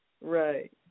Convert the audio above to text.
Right